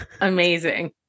amazing